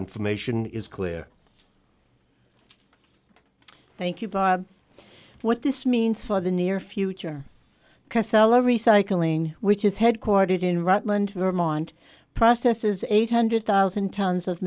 information is clear thank you bob what this means for the near future casella recycling which is headquartered in rutland vermont processes eight hundred thousand tons of